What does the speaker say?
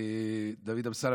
דוד אמסלם,